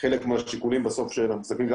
חלק מהשיקולים בסוף כשאנחנו מסתכלים בסוף גם